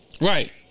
right